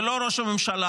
ולא ראש הממשלה,